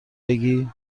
بگی